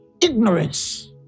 ignorance